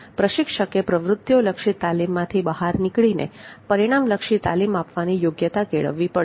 પ્રશિક્ષકે પ્રવૃત્તિઓ લક્ષી તાલીમમાંથી બહાર નીકળીને પરિણામ લક્ષી તાલીમ આપવાની યોગ્યતા કેળવવી પડશે